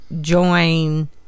join